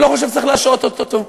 לא חושב שצריך להשעות אותו.